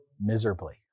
miserably